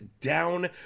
down